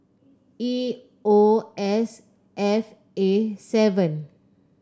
E O S F A seven